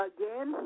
Again